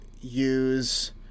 use